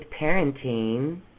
parenting